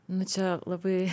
nu čia labai